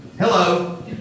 hello